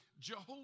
Jehovah